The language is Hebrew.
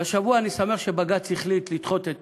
והשבוע אני שמח שבג"ץ החליט לדחות את